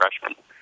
freshman